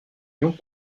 lion